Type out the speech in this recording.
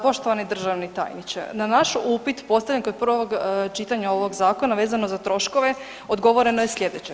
Poštovani državni tajniče, na naš upit postavljen kod prvog čitanja ovog zakona vezano za troškove odgovoreno je slijedeće.